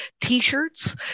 t-shirts